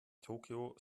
tokyo